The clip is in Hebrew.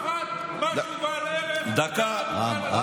אתם לא יודעים לעשות פעם אחת משהו בעל ערך מעל הדוכן הזה.